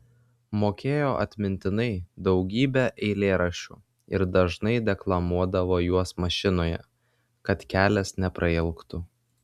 mokėjo atmintinai daugybę eilėraščių ir dažnai deklamuodavo juos mašinoje kad kelias neprailgtų